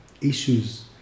issues